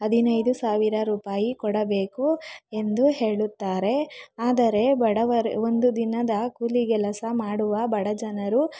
ಹದಿನೈದು ಸಾವಿರ ರೂಪಾಯಿ ಕೊಡಬೇಕು ಎಂದು ಹೇಳುತ್ತಾರೆ ಆದರೆ ಬಡವರ ಒಂದು ದಿನದ ಕೂಲಿ ಕೆಲಸ ಮಾಡುವ ಬಡ ಜನರು